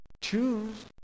choose